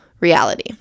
reality